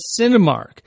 Cinemark